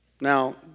Now